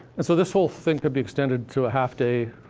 and so, this whole thing could be extended to a half day.